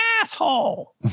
asshole